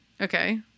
Okay